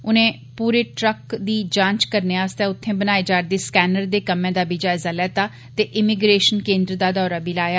उनें पूरे ट्र दी जांच करने आस्तै उत्थें बनाए जा'रदे स्कैनर दे कम्मै ा बी जायजा लैता ते इमीग्रेशन केनद्र दा दौरा बी लाया